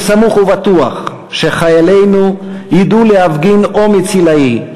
אני סמוך ובטוח שחיילינו ידעו להפגין אומץ עילאי,